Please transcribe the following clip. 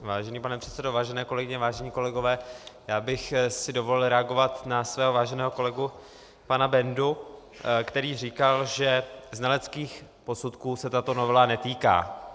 Vážený pane předsedo, vážené kolegyně, vážení kolegové, dovolil bych si reagovat na svého váženého kolegu pana Bendu, který říkal, že znaleckých posudků se tato novela netýká.